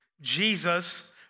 Jesus